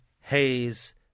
Hayes